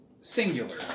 Singular